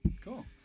Cool